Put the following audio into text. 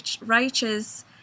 righteous